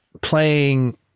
playing